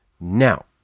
now